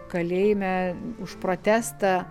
kalėjime už protestą